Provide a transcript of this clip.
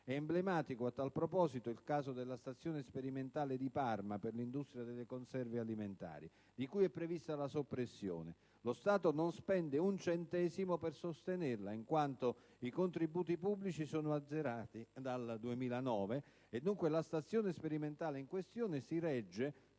Emblematico a tal proposito è il caso della stazione sperimentale di Parma per l'industria delle conserve alimentari (SSICA) di cui è prevista la soppressione. Lo Stato non spende un centesimo per sostenerla, in quanto i contributi pubblici sono azzerati già dal 2009 e dunque la stazione sperimentale in questione si regge